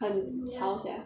很吵 sia